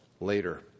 later